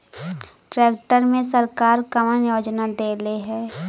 Tractor मे सरकार कवन योजना देले हैं?